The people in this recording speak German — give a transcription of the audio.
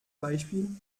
beispiel